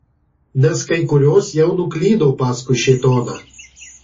nes kai kurios jau nuklydo paskui šėtoną